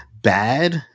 bad